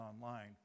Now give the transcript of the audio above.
online